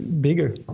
bigger